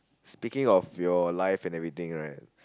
speaking of your life and everything right